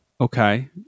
okay